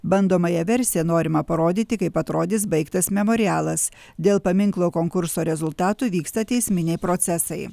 bandomąją versiją norima parodyti kaip atrodys baigtas memorialas dėl paminklo konkurso rezultatų vyksta teisminiai procesai